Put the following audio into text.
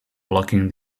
locking